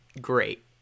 great